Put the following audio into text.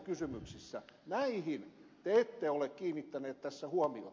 näihin te ette ole kiinnittäneet tässä huomiota